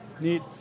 neat